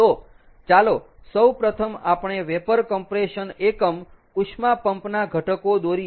તો ચાલો સૌપ્રથમ આપણે વેપર કમ્પ્રેશન એકમ ઉષ્મા પંપ ના ઘટકો દોરીએ